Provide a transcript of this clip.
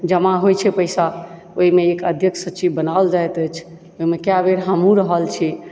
जमा होइत छै पैसा ओहिमे एक अध्यक्ष सचिव बनाओल जाइत अछि ओहिमे कए बेर हमहूँ रहल छी